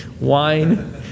wine